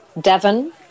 Devon